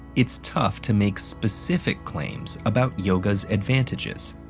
it's tough to make specific claims about yoga's advantages.